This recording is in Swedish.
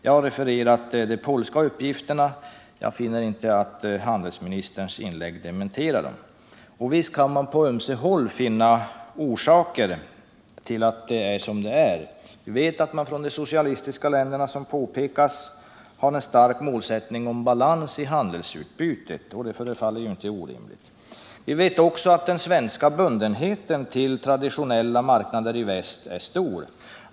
Jag har refererat de polska uppgifterna, och jag finner inte att de dementeras av handelsministerns inlägg. Visst kan man på ömse håll finna orsaker till att det är som det är. Vi vet att man i de socialistiska länderna, som här har påpekats, har en stark målsättning att få balans i handelsutbytet, och det förefaller inte orimligt. Vi vet också att den svenska bundenheten till traditionella marknader i väst är stor.